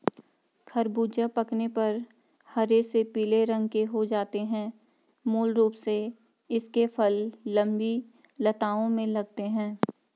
ख़रबूज़ा पकने पर हरे से पीले रंग के हो जाते है मूल रूप से इसके फल लम्बी लताओं में लगते हैं